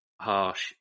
harsh